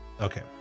okay